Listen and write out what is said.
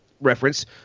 reference